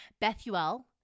Bethuel